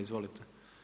Izvolite.